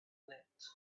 leapt